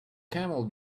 camel